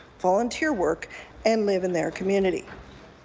volunteer work and live in their community.